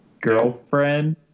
girlfriend